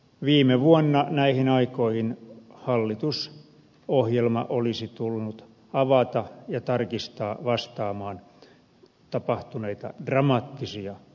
viime vuonna näihin aikoihin hallitusohjelma olisi tullut avata ja tarkistaa vastaamaan tapahtuneita dramaattisia muutoksia olosuhteissa